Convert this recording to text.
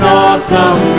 awesome